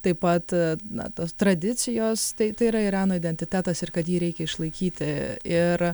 taip pat na tos tradicijos tai tai yra irano identitetas ir kad jį reikia išlaikyti ir